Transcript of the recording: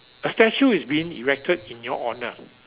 a statue is being erected in your honour